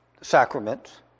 sacraments